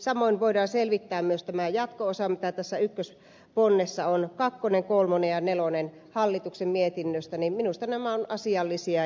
samoin voidaan selvittää myös tämä jatko osa joka tässä ykkösponnessa on ja kakkos kolmos ja nelosponsi mietinnössä minusta ovat asiallisia